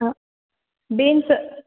ಹಾಂ ಬೀನ್ಸ್